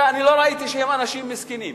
לא ראיתי שהם אנשים מסכנים.